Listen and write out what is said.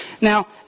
Now